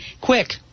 quick